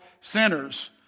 sinners